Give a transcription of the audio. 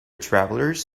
travelers